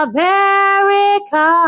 America